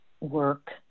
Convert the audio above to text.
work